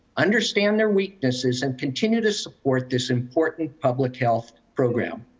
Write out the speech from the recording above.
understand their weaknesses and continue to support this important public health program.